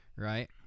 Right